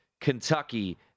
Kentucky